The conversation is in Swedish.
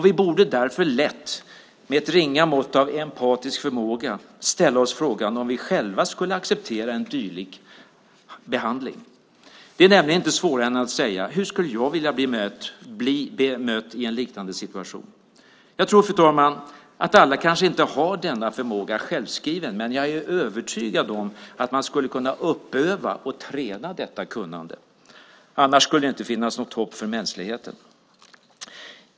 Vi borde därför lätt med ett ringa mått av empatisk förmåga ställa oss frågan om vi själva skulle acceptera en dylik behandling. Det är nämligen inte svårare än att säga: Hur skulle jag vilja bli bemött i en liknande situation? Jag tror, fru talman, att alla kanske inte har denna förmåga självskriven. Men jag är övertygad om att man skulle kunna uppöva och träna detta kunnande. Annars skulle det inte finnas något hopp för mänskligheten.